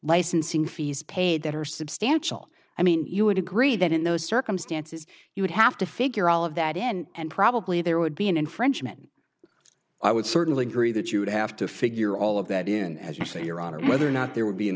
licensing fees paid that are substantial i mean you would agree that in those circumstances you would have to figure all of that in and probably there would be an infringement i would certainly agree that you would have to figure all of that in as you say your honor whether or not there would be an